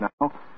now